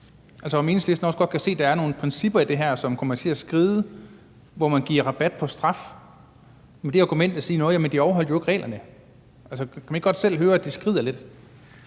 Altså, kan Enhedslisten også godt se, at der er nogle principper i det her, som kommer til at skride, når man giver rabat på straf med det argument, hvor man siger, nå ja, men de overholdt jo ikke reglerne? Kan man ikke godt selv høre, at det skrider lidt?